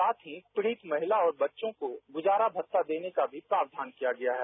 साथ ही पीडित महिला और बच्चों को गुजारा भत्ता देने का भी प्रावधान किया गया है